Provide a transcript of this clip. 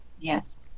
Yes